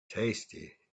tasty